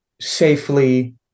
safely